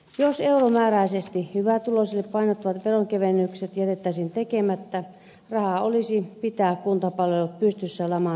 jos euromääräisesti hyvätuloisille painottuvat veronkevennykset jätettäisiin tekemättä rahaa olisi pitää kuntapalvelut pystyssä laman yli